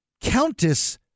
countess